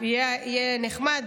יהיה נחמד.